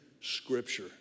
Scripture